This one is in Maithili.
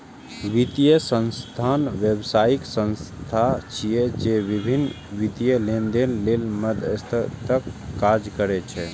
वित्तीय संस्थान व्यावसायिक संस्था छिय, जे विभिन्न वित्तीय लेनदेन लेल मध्यस्थक काज करै छै